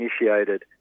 initiated